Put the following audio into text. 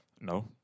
No